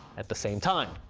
at the same time,